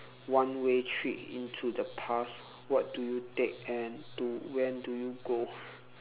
one way trip into the past what do you take and to when do you go